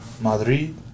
Madrid